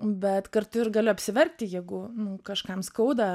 bet kartu ir galiu apsiverkti jeigu kažkam skauda